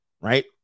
Right